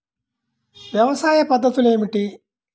వ్యవసాయ పద్ధతులు ఏమిటి?